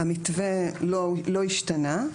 המתווה לא השתנה,